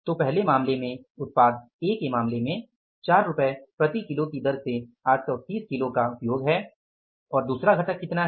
तो पहले मामले में उत्पाद ए के मामले में 4 रुपये प्रति किलो की दर से 830 किलो का उपयोग है और दूसरा घटक कितना है